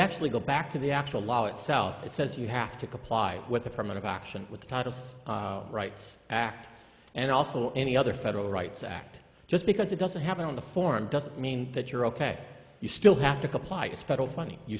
actually go back to the actual law itself it says you have to comply with affirmative action with the tightest rights act and also any other federal rights act just because it doesn't happen on the form doesn't mean that you're ok you still have to comply it's federal funding you